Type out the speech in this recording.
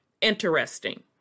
interesting